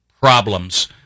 problems